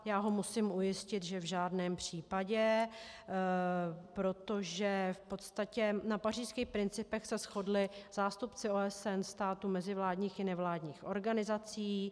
Já ho musím ujistit, že v žádném případě, protože v podstatě na pařížských principech se shodli zástupci OSN, států mezivládních i nevládních organizací.